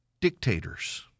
dictators